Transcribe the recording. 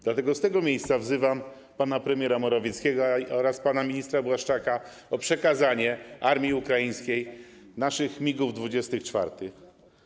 Dlatego z tego miejsca wzywam pana premiera Morawieckiego oraz pana ministra Błaszczaka o przekazanie armii ukraińskiej naszych MiG-24.